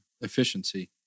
Efficiency